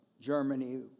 Germany